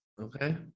okay